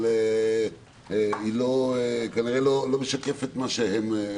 אבל כנראה היא לא משקפת את מה שהם חושבים.